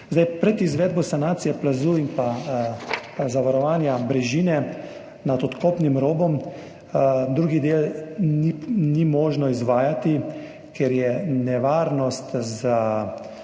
Pred izvedbo sanacije plazu in zavarovanja brežine nad odkopnim robom drugih del ni možno izvajati, ker je nevarnost za